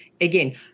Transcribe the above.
again